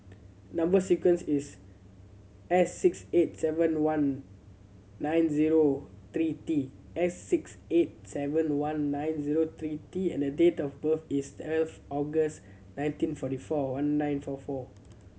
number sequence is S six eight seven one nine zero three T S six eight seven one nine zero three T and date of birth is twelve August nineteen forty four one nine four four